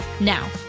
Now